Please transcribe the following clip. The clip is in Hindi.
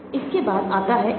इसके बाद आता है NNDO